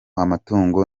amatungo